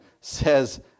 says